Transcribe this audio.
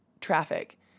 Traffic